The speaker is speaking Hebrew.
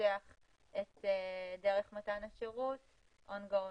לפתח את דרך מתן השירות On going.